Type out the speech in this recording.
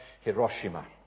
Hiroshima